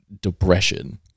depression